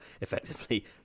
Effectively